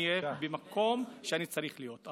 אני אהיה במקום שאני צריך להיות.